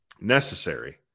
necessary